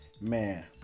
Man